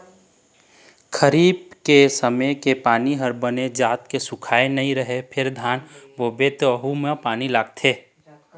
खरीफ के समे के पानी ह बने जात के सुखाए नइ रहय फेर धान बोबे त वहूँ म पानी लागथे